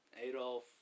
Adolf